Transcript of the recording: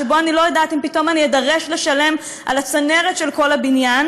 שאני לא יודעת לפיו אם פתאום אני אדרש לשלם על הצנרת של כל הבניין,